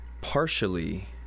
partially